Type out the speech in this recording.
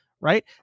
right